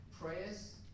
prayers